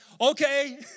Okay